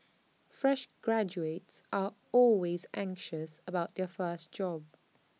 fresh graduates are always anxious about their first job